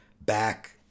back